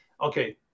okay